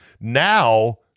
Now